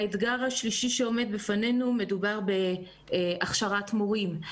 האתגר השלישי שעומד בפנינו מדובר בהכשרת מורים.